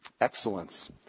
Excellence